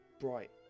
bright